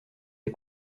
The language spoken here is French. est